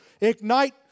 ignite